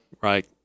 right